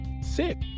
sick